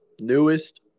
newest